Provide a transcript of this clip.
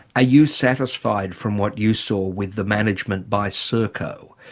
ah you satisfied from what you saw with the management by serco?